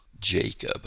Jacob